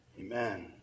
Amen